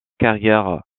carrières